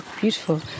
beautiful